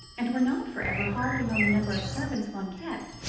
and were not forever harping on the number of servants one kept,